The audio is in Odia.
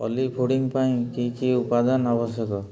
ଓଲି ପୁଡିଂ ପାଇଁ କି କି ଉପାଦାନ ଆବଶ୍ୟକ